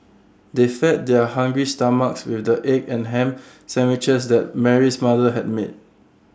they fed their hungry stomachs with the egg and Ham Sandwiches that Mary's mother had made